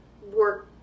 work